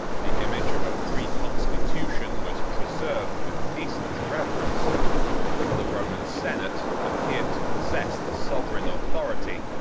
the image of a free constitution was preserved with decent reverence the roman senate appeared to possess the sovereign authority,